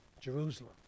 Jerusalem